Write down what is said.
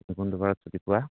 তুমি কোনটো বাৰত ছুটি পোৱা